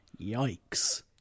Yikes